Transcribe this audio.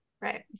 Right